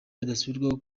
bidasubirwaho